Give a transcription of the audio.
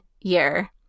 year